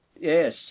Yes